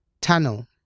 Tunnel